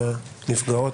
לנפגעות.